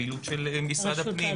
פעילות של משרד הפנים,